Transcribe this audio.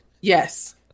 Yes